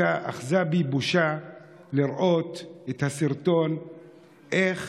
אחזה בי בושה לראות את הסרטון איך